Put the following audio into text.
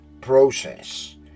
process